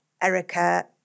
Erica